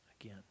Again